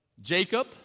Jacob